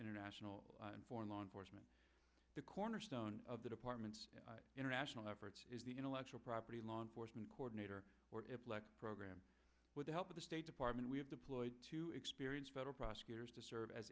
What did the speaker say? international and for law enforcement the cornerstone of the department's international efforts is the intellectual property law enforcement coordinator program with the help of the state department we have deployed to experience federal prosecutors to serve as